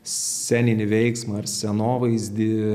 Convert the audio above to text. sceninį veiksmą ir scenovaizdį